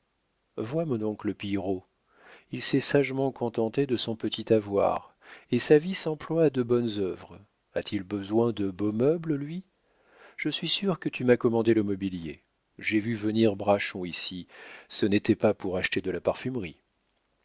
vois mon oncle pillerault il s'est sagement contenté de son petit avoir et sa vie s'emploie à de bonnes œuvres a-t-il besoin de beaux meubles lui je suis sûre que tu m'as commandé le mobilier j'ai vu venir braschon ici ce n'était pas pour acheter de la parfumerie